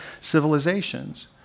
civilizations